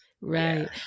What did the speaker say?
Right